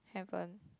haven't